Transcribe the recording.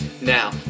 Now